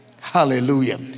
Hallelujah